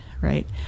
right